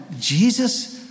Jesus